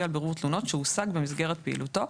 על בירור תלונות שהושג במסגרת פעילותו,